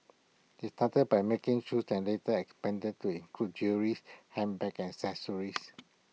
they started by making shoes and later expanded to include jewellery's handbags and accessories